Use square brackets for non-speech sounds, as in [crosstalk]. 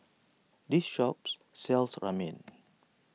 this shops sells Ramen [noise]